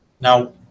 Now